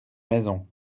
maison